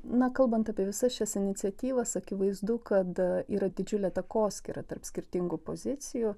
na kalbant apie visas šias iniciatyvas akivaizdu kada yra didžiulė takoskyra tarp skirtingų pozicijų